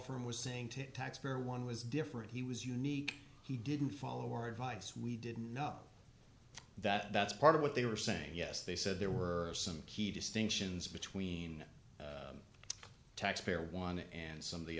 firm was saying to a taxpayer one was different he was unique he didn't follow your advice we didn't know that that's part of what they were saying yes they said there were some key distinctions between taxpayer one and some of the